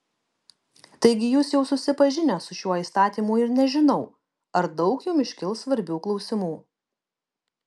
taigi jūs jau susipažinę su šiuo įstatymu ir nežinau ar daug jums iškils svarbių klausimų